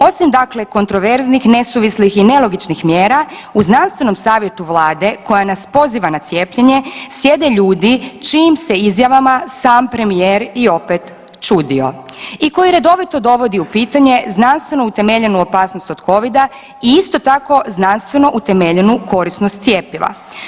Osim dakle, kontraverznih, nesuvislih i nelogičnih mjera u znanstvenom savjetu Vlade koja nas poziva na cijepljenje sjede ljudi čijim se izjavama sam premijer i opet čudio i koji redovito dovodi u pitanje znanstveno utemeljenu opasnost od Covida i isto tako znanstveno utemeljenu korisnost cjepiva.